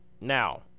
Now